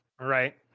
right